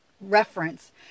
reference